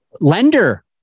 lender